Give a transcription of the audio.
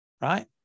right